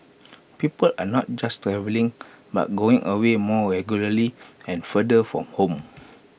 people are not just travelling but going away more regularly and farther from home